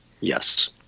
Yes